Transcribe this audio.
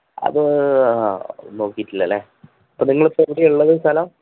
അത് നോക്കിയിട്ടില്ല അല്ലേ അപ്പോള് നിങ്ങളിപ്പോള് എവിടെയാണ് ഉള്ളത് സ്ഥലം